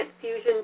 fusion